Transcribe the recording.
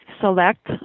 select